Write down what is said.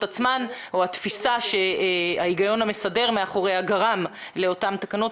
או התפיסה שההיגיון המסדר מאחוריה גרם לאותן תקנות.